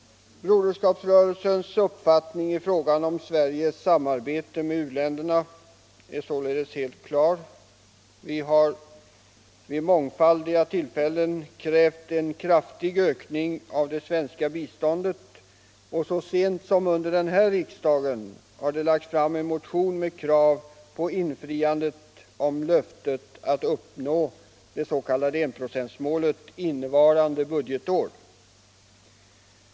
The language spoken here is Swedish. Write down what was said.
Broderskapsrörelsens uppfattning i fråga om Sveriges samarbete med u-länderna är således helt klar. Vi har vid mångfaldiga tillfällen krävt en kraftig ökning av det svenska biståndet, och så sent som under den här riksdagen har det lagts fram en motion med krav på infriande av löftet om att uppnå det s.k. enprocentsmålet innevarande budgetår.